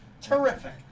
Terrific